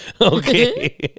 Okay